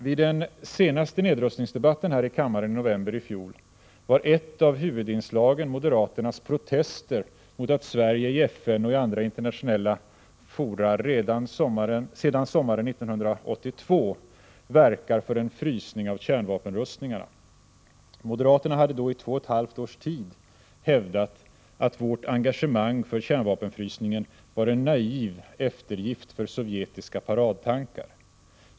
Vid den senaste nedrustningsdebatten här i kammaren i november i fjol var ett av huvudinslagen moderaternas protester mot att Sverige i FN och i andra internationella fora sedan sommaren 1982 verkar för en frysning av kärnvapenrustningarna. Moderaterna hade då i två och ett halvt års tid hävdat att vårt engagemang för kärnvapenfrysningen var en naiv eftergift för sovjetiska paradtankar.